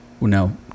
No